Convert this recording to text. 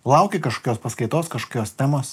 lauki kažkokios paskaitos kažkokios temos